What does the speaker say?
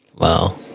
Wow